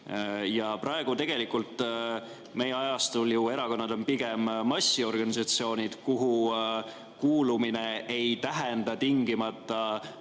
Praegu, meie ajastul ju erakonnad on pigem massiorganisatsioonid, kuhu kuulumine ei tähenda tingimata